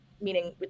meaning